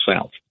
south